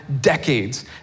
decades